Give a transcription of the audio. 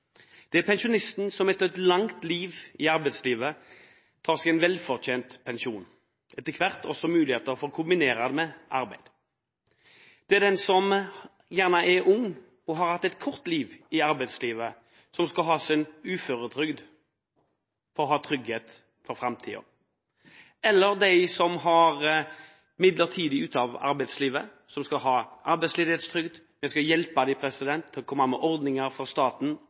Det er pensjonisten, som etter et langt liv i arbeidslivet tar seg en velfortjent pensjon, og etter hvert også har muligheten for å kombinere det med arbeid. Det er den som er ung og har hatt et kort liv i arbeidslivet, men som skal ha sin uføretrygd for å ha trygghet for framtiden, eller de som er midlertidig ute arbeidslivet, og som skal ha arbeidsledighetstrygd. Vi skal hjelpe dem med ordninger fra staten, bedriftene og næringslivet for